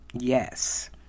yes